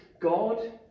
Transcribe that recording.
God